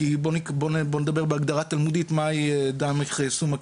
בואו נדבר בהגדרה התלמודית: "מאי דמך סומק